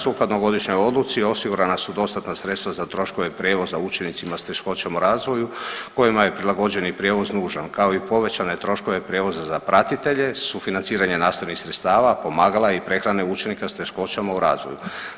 Sukladno godišnjoj odluci, osigurana su dostatna sredstva za troškove prijevoza učenicima s teškoćama u razvoju kojima je prilagođeni prijevoz nužan, kao i povećane troškove prijevoza za pratitelje, sufinanciranje nastavnih sredstava, pomagala i prehrane učenika s teškoćama u razvoju.